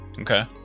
Okay